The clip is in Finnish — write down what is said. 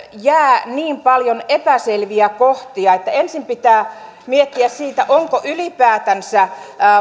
jää niin paljon epäselviä kohtia että ensin pitää miettiä onko ylipäätänsä